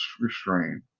restrain